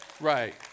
right